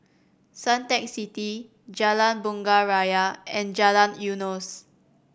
Suntec City Jalan Bunga Raya and Jalan Eunos